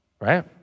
right